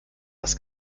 was